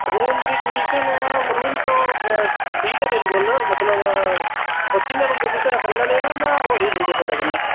room दी condition room ते ठीक न बिल्कुल मतलब किन्नै बंदे कल्ले लैना जां होर बी बंदे थुहाड़े कन्नै